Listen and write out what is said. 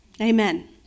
Amen